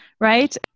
right